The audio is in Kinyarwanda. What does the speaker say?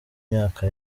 myaka